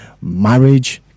marriage